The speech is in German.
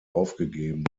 aufgegeben